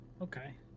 okay